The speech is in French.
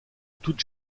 toute